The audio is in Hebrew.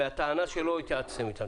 מהטענה שלא התייעצתם אתם.